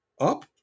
up